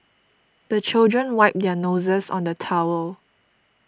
the children wipe their noses on the towel